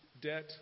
debt